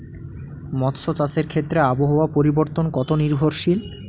মৎস্য চাষের ক্ষেত্রে আবহাওয়া পরিবর্তন কত নির্ভরশীল?